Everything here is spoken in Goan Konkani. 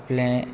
आपलें